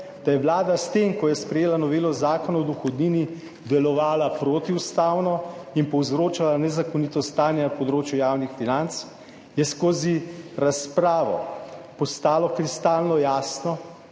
da je vlada s tem, ko je sprejela novelo Zakona o dohodnini, delovala protiustavno in povzročala nezakonito stanje na področju javnih financ, je skozi razpravo postalo kristalno jasno,